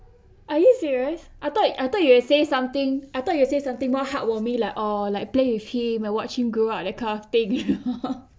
are you serious I thought I though you will say something I thought you will say something more heartwarming like or like play with him and watch him grow up that kind of thing you know